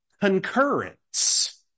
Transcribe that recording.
concurrence